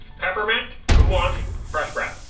peppermint, who wants fresh breath?